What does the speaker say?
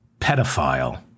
pedophile